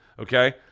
Okay